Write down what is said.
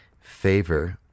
Favor